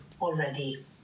already